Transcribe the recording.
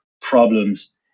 problems